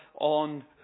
on